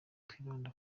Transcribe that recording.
twibanda